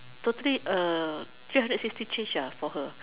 totally a three hundred sixty change for her